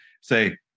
say